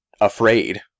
afraid